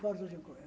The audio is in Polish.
Bardzo dziękuję.